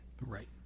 right